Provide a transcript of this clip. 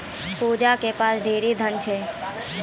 पूजा के पास ढेरी धन छै